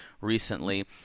recently